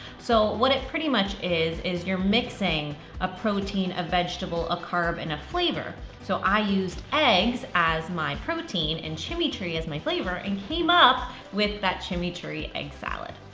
so what it pretty much is is you're mixing a protein, a vegetable, a carb, and a flavor. so i used eggs as my protein and chimichurri as my flavor and came up with that chimichurri egg salad.